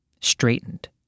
Straightened